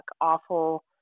awful